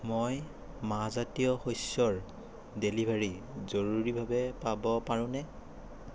মই মাহজাতীয় শস্যৰ ডেলিভৰী জৰুৰীভাৱে পাব পাৰোঁনে